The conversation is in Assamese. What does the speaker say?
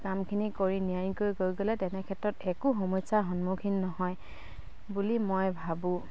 কামখিনি কৰি নিয়াৰিকৈ কৰি গ'লে তেনে ক্ষেত্ৰত একো সমস্যাৰ সন্মুখীন নহয় বুলি মই ভাবোঁ